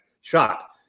shot